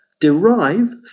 derive